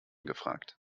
gefragt